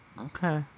okay